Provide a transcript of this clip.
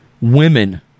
women